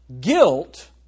Guilt